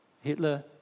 Hitler